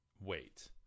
wait